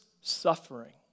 suffering